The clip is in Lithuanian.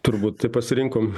turbūt taip pasirinkom